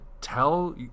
tell